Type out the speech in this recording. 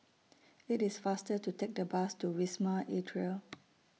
IT IS faster to Take The Bus to Wisma Atria